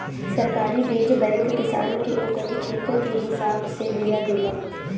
सरकारी बीज बैंक किसान के ओकरी खेत के हिसाब से बिया देला